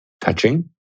Touching